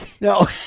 No